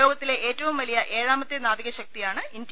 ലോകത്തിലെ ഏറ്റവും വലിയ ഏഴാമത്തെ നാവികശക്തിയാണ് ഇന്ത്യ